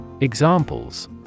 Examples